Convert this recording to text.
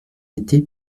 été